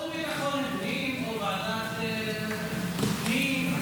ועדת ביטחון הפנים או ועדת הפנים,